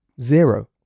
zero